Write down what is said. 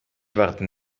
warten